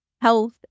Health